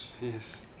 yes